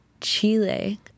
Chile